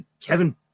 Kevin